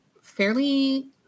fairly